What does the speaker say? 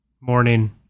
morning